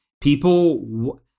people